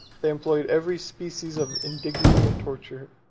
they employed every species of indignity and torture,